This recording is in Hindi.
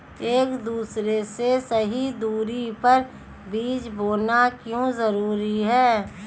एक दूसरे से सही दूरी पर बीज बोना क्यों जरूरी है?